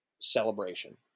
celebration